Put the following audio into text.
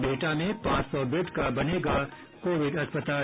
बिहटा में पांच सौ बेड का बनेगा कोविड अस्पताल